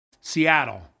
Seattle